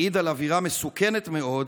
מעיד על אווירה מסוכנת מאוד.